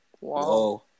Wow